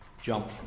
jump